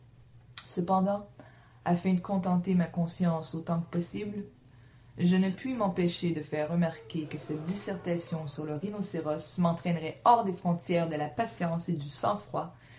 cependant afin de contenter ma conscience autant que possible je ne puis m'empêcher de faire remarquer que cette dissertation sur le rhinocéros m'entraînerait hors des frontières de la patience et du sang-froid